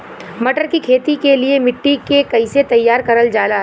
मटर की खेती के लिए मिट्टी के कैसे तैयार करल जाला?